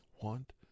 want